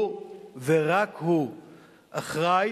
הוא ורק הוא אחראי